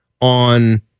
on